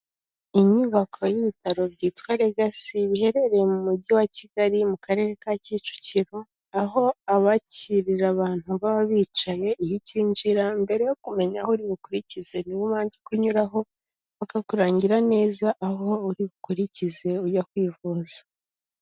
Inyubako y'ibitaro byitwa Legacy, biherereye mu mujyi wa Kigali, mu karere ka Kicukiro, aho abakirira abantu baba bicaye iyo ucyinjira, mbere yo kumenya aho uri bukurikize ni bo ubanza kunyuraho bakakurangira neza aho uri bukurikize ujya kwivuza.